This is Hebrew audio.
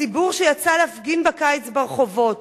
הציבור שיצא להפגין בקיץ ברחובות,